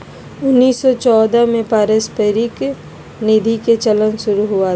उन्नीस सौ चौदह में पारस्परिक निधि के चलन शुरू हुआ था